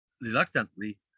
reluctantly